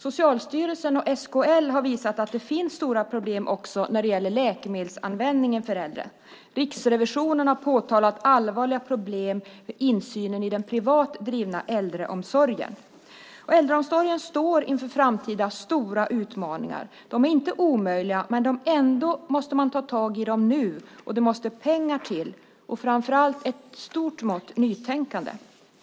Socialstyrelsen och SKL har visat att det finns stora problem också när det gäller de äldres läkemedelsanvändning. Riksrevisionen har påtalat allvarliga problem med insynen i den privat drivna äldreomsorgen. Äldreomsorgen står inför stora framtida utmaningar. Dessa är inte omöjliga att hantera, men man måste ta tag i dem nu. Pengar måste till och framför allt ett stort mått av nytänkande.